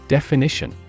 Definition